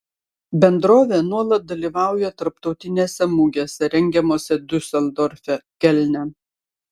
bendrovė nuolat dalyvauja tarptautinėse mugėse rengiamose diuseldorfe kelne